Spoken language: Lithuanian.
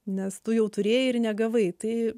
nes tu jau turėjai ir negavai tai